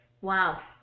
Wow